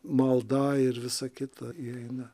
malda ir visa kita įeina